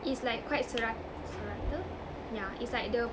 it's like quite sera~ serata yeah it's like the